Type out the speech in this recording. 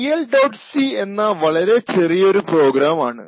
c എന്ന വളരെ ചെറിയ ഒരു പ്രോഗ്രാം ആണ്